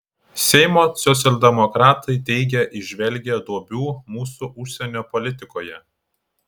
seimo socialdemokratai teigia įžvelgią duobių mūsų užsienio politikoje